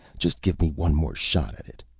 just give me one more shot at it.